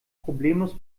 problemlos